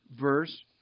verse